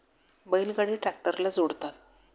बैल गाडी ट्रॅक्टरला जोडतात